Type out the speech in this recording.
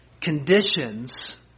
conditions